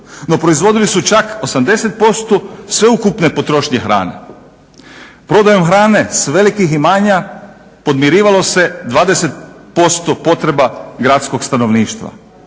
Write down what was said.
no proizvodili su čak 80% sveukupne potrošnje hrane. Prodajom hrane s velikih imanja podmirivalo se 20% potreba gradskog stanovništva.